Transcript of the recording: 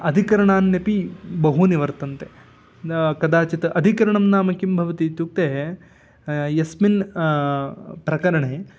अधिकरणान्यपि बहूनि वर्तन्ते कदाचित् अधिकरणं नाम किं भवति इत्युक्ते यस्मिन् प्रकरणे